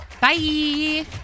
Bye